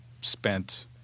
spent